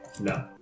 No